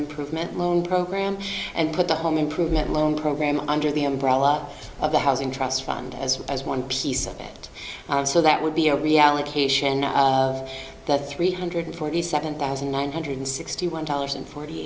improvement loan program and put the home improvement loan program under the umbrella of the housing trust fund as well as one piece of it so that would be a reallocation of the three hundred forty seven thousand one hundred sixty one dollars and forty